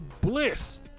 bliss